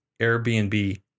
Airbnb